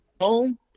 Home